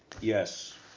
Yes